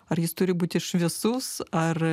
ar jis turi būti šviesus ar